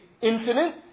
infinite